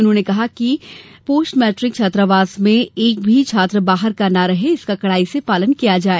उन्होंने कहा कि पोष्ट मैट्रिक छात्रावास में एक भी छात्र बाहर का न रहे इसका कड़ाई से पालन किया जाय